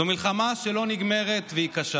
זו מלחמה שלא נגמרת, והיא קשה